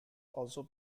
also